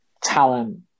talent